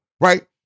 right